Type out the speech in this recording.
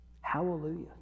Hallelujah